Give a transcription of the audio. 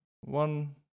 One